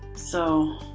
so,